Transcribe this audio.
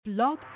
Blog